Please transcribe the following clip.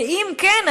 ואם כן,